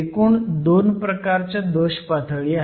एकूण 2 प्रकारच्या दोष पातळी आहेत